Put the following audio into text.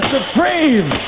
Supreme